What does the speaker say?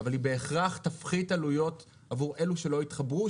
אבל היא בהכרח תפחית עלויות עבור אלו שלא התחברו,